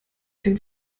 den